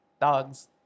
Dogs